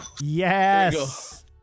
Yes